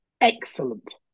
excellent